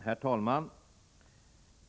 Herr talman!